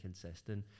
consistent